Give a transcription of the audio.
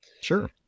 Sure